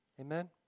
Amen